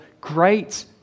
great